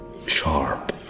Sharp